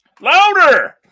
Louder